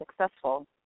successful